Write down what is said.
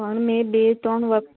પણ મેં બે ત્રણ વખ